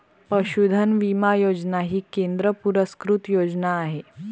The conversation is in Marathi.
पशुधन विमा योजना ही केंद्र पुरस्कृत योजना आहे